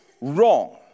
Wrong